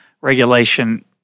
regulation